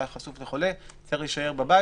חשוף לחולה הוא צריך להישאר בבית.